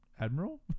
Admiral